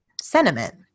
sentiment